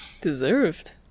Deserved